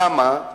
למה?